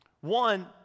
One